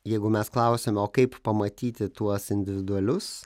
jeigu mes klausiame o kaip pamatyti tuos individualius